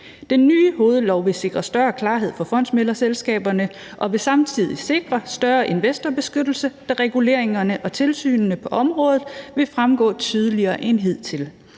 Den nye hovedlov vil sikre større klarhed for fondsmæglerselskaberne og vil samtidig sikre større investorbeskyttelse, da reguleringerne og tilsynene på området vil fremgå tydeligere end hidtil.